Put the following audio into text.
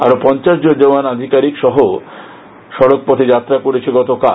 আরও পঞ্চাশ জন জওয়ান আধিকারিক সহ সড়ক পথে যাত্রা করেছে গতকাল